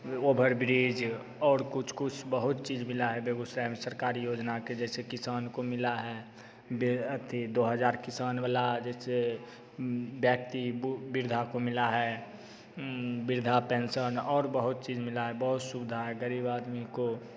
overbridge और कुछ कुछ बहुत चीज़ मिला है बेगूसराय में सरकारी योजना के जैसे किसान को मिला है दो हज़ार किसान वाला जैसे व्यक्ति वृद्धा को मिला है वृद्धा पेंशन और बहुत चीज़ मिला है बहुत सुविधा है गरीब आदमी को